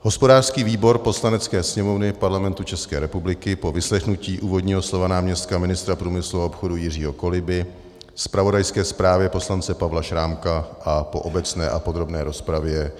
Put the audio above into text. Hospodářský výbor Poslanecké sněmovny Parlamentu ČR po vyslechnutí úvodního slova náměstka ministra průmyslu a obchodu Jiřího Koliby, zpravodajské zprávě poslance Pavla Šrámka a po obecné a podrobné rozpravě